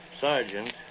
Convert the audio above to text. Sergeant